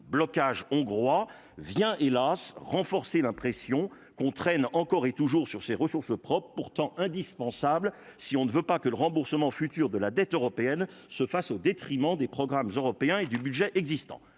blocage hongrois vient, hélas, renforcer l'impression qu'on traîne encore et toujours sur ses ressources propres, pourtant indispensable si on ne veut pas que le remboursement futur de la dette européenne se fasse au détriment des programmes européens et du budget existant,